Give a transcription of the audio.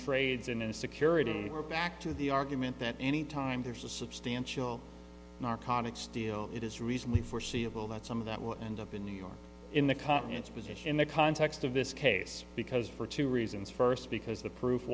trades in a security we're back to the argument that any time there's a substantial narcotics deal it is reasonably foreseeable that some of that will end up in new york in the continent's position in the context of this case because for two reasons first because